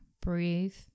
breathe